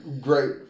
great